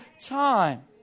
time